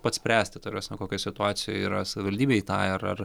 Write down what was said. pats spręsti ta prasme kokioj situacijoj yra savivaldybei tai ar